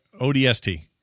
odst